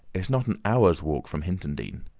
it's not an hour's walk from hintondean.